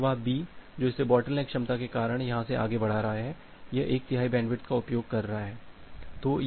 फिर प्रवाह B जो इस बॉटलनेक क्षमता के कारण यहां से आगे बढ़ रहा है यह एक तिहाई बैंडविड्थ का उपयोग कर रहा है